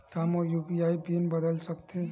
का मोर UPI PIN बदल सकथे?